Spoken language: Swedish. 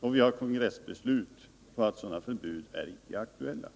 Vi har kongressbeslut på att sådana förbud icke skall aktualiseras.